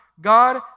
God